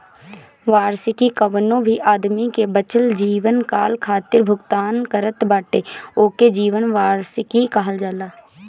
वार्षिकी कवनो भी आदमी के बचल जीवनकाल खातिर भुगतान करत बाटे ओके जीवन वार्षिकी कहल जाला